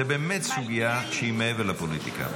זו באמת סוגיה שהיא מעבר לפוליטיקה.